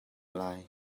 lai